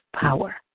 power